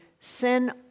sin